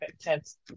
Tense